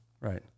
Right